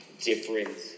different